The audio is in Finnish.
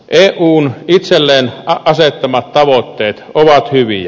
eun itselleen asettamat tavoitteet ovat hyviä